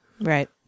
right